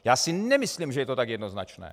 Já si nemyslím, že je to tak jednoznačné.